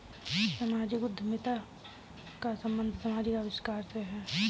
सामाजिक उद्यमिता का संबंध समाजिक आविष्कार से है